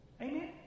Amen